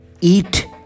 eat